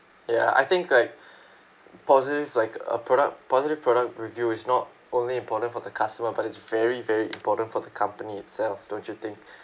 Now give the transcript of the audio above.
ya I think like positive like a product positive product review is not only important for the customer but it's very very important for the company itself don't you think